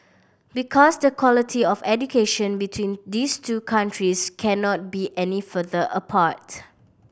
because the quality of education between these two countries cannot be any further apart